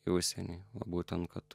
į užsienį va būtent kad